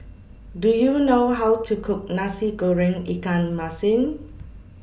Do YOU know How to Cook Nasi Goreng Ikan Masin